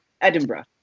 Edinburgh